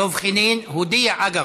דב חנין הודיע,